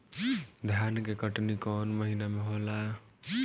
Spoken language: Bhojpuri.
धान के कटनी कौन महीना में होला?